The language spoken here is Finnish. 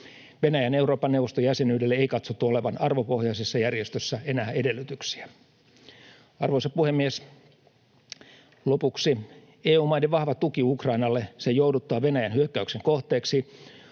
Venäjän Euroopan neuvoston jäsenyydelle ei katsottu olevan arvopohjaisessa järjestössä enää edellytyksiä. Arvoisa puhemies! Lopuksi: EU-maiden vahva tuki Ukrainalle sen jouduttua Venäjän hyökkäyksen kohteeksi